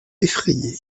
effrayé